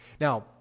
Now